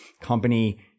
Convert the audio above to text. company